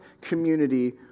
community